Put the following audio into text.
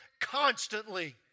constantly